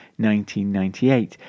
1998